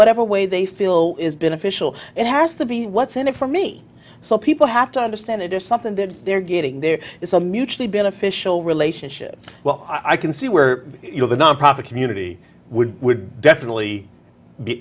whatever way they feel is beneficial it has to be what's in it for me so people have to understand it is something that they're getting there is a mutually beneficial relationship well i can see where you know the nonprofit community would definitely be